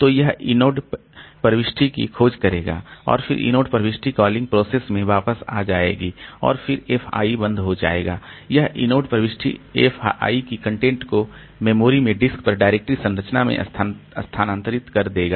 तो यह इनोड प्रविष्टि की खोज करेगा और फिर इनोड प्रविष्टि कॉलिंग प्रोसेस में वापस आ जाएगी और फिर F i बंद हो जाएगा यह इनोड प्रविष्टि F i की कंटेंट को मेमोरी में डिस्क पर डायरेक्टरी संरचना में स्थानांतरित कर देगा